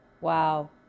wow